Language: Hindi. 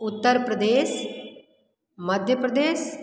उत्तर प्रदेश मध्य प्रदेश